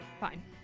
Fine